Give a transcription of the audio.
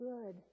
Good